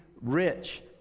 rich